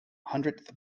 hundredth